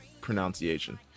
pronunciation